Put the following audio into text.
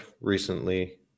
recently